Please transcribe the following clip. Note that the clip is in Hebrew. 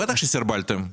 בטח שסרבלתם.